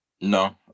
No